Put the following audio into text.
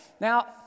Now